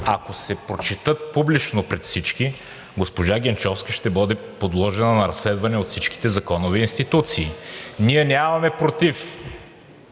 ако се прочетат публично пред всички, госпожа Генчовска ще бъде подложена на разследване от всичките законови институции. Ние нямаме против